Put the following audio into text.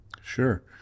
Sure